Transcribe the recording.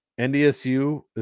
NDSU